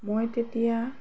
মই তেতিয়া